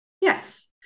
Yes